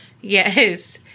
Yes